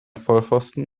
vollpfosten